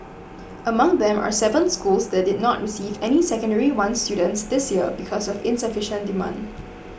among them are seven schools that did not receive any Secondary One students this year because of insufficient demand